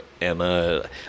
emma